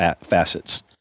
facets